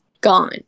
gone